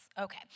Okay